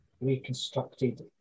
reconstructed